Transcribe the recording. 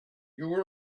you